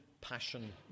passion